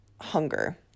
hunger